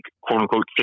quote-unquote